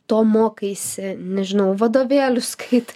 to mokaisi nežinau vadovėlius skait